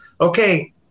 okay